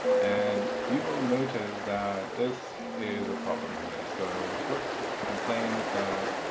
and you will notice that this is a problem here. so swift complains that